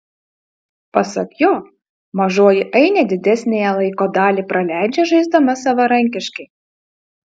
pasak jo mažoji ainė didesniąją laiko dalį praleidžia žaisdama savarankiškai